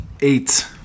eight